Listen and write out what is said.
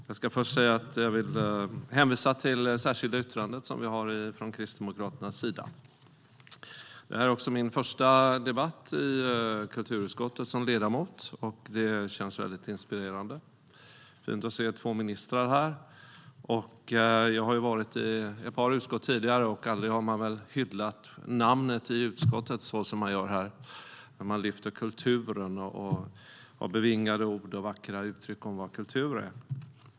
Herr talman! Jag ska först hänvisa till Kristdemokraternas särskilda yttrande. Det här är också min första debatt som ledamot i kulturutskottet. Det känns väldigt inspirerande. Trevligt att se två ministrar här! Jag har varit i ett par utskott tidigare, och aldrig har man väl hyllat utskottets namn så som man gör här när man lyfter upp kulturen med bevingade ord och vackra uttryck om vad kultur är.